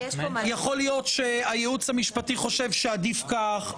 יכול להיות שהייעוץ המשפטי חושב שעדיף כך.